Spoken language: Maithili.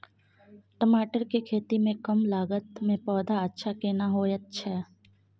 टमाटर के खेती में कम लागत में पौधा अच्छा केना होयत छै?